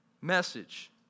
message